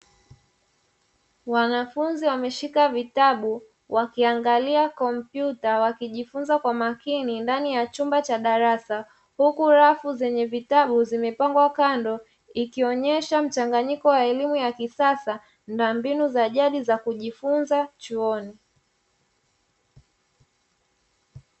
Wanafunzi wameshika vitabu wakiangalia kompyuta wakijifunza kwa makini ndani ya chumba cha darasa, huku rafu zenye vitabu zimepangwa kando ikionyesha mchanganyiko wa elimu ya kisasa na mbinu za jadi za kujifunza chuoni.